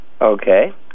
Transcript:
okay